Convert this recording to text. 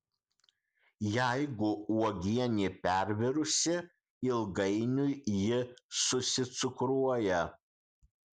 jeigu uogienė pervirusi ilgainiui ji susicukruoja